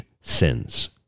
sins